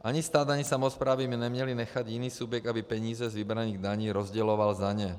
Ani stát ani samosprávy by neměly nechat jiný subjekt, aby peníze z vybraných daní rozděloval za ně.